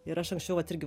ir aš anksčiau vat irgi